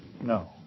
No